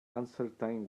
uncertain